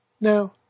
Now